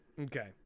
Okay